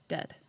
Dead